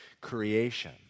creation